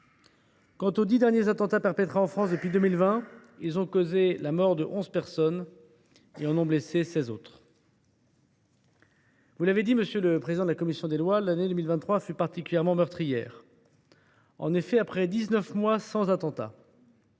Quant aux 10 derniers attentats perpétrés en France depuis 2020, ils ont causé la mort de 11 personnes et en ont blessé 16 autres. Vous l’avez dit, monsieur le président de la commission des lois, l’année 2023 fut particulièrement meurtrière. En effet, après dix neuf mois sans attentat,